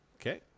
Okay